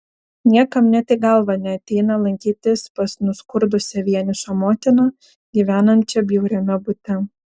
niekam net į galvą neateina lankytis pas nuskurdusią vienišą motiną gyvenančią bjauriame bute